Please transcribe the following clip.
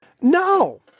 No